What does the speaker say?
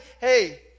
hey